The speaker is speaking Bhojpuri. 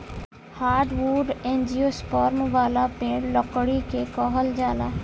हार्डवुड एंजियोस्पर्म वाला पेड़ लकड़ी के कहल जाला